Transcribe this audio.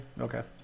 Okay